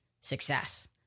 success